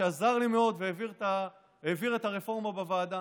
ועזר לי מאוד והעביר את הרפורמה בוועדה.